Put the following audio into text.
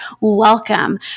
welcome